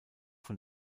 von